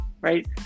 right